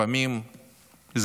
אתם עושים בתגובה?